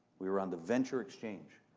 we were on the venture exchange.